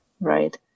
Right